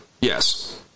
Yes